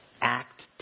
act